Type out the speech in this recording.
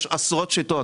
יש עשרות שיטות.